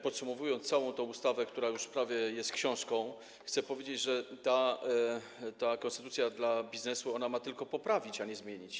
Podsumowując całą tę ustawę, która już prawie jest książką, chcę powiedzieć, że konstytucja dla biznesu ma tylko poprawić, a nie zmienić.